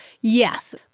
Yes